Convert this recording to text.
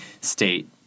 state